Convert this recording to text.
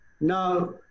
Now